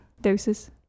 doses